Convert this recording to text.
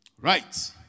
right